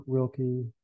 Wilkie